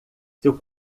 seu